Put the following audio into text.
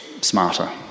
smarter